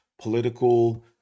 political